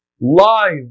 Live